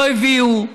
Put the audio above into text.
לא הביאו,